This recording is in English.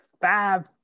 five